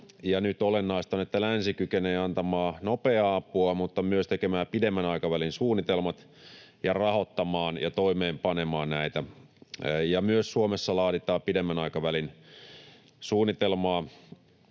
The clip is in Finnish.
olennaista on, että länsi kykenee antamaan nopeaa apua mutta myös tekemään pidemmän aikavälin suunnitelmat ja rahoittamaan ja toimeenpanemaan näitä. Myös Suomessa laaditaan pidemmän aikavälin suunnitelmaa